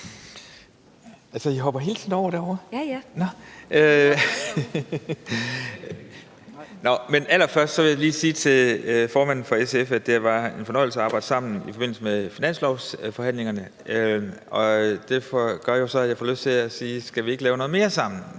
Værsgo. Kl. 15:01 Uffe Elbæk (ALT): Allerførst vil jeg lige sige til formanden for SF, at det var en fornøjelse at arbejde sammen i forbindelse med finanslovsforhandlingerne, og det gør jo så, at jeg får lyst til at spørge: Skal vi ikke lave noget mere sammen